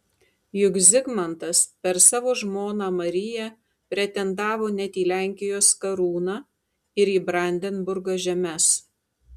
juk zigmantas per savo žmoną mariją pretendavo net į lenkijos karūną ir į brandenburgo žemes